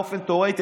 באופן תיאורטי,